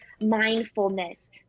mindfulness